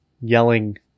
yelling